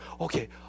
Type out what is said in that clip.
Okay